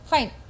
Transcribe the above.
Fine